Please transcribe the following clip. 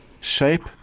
shape